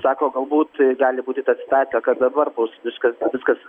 sako galbūt gali būti ta situacija kad dabar bus viska viskas